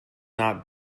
not